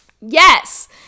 Yes